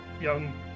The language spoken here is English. young